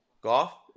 Golf